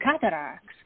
cataracts